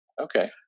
okay